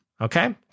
okay